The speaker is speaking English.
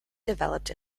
developed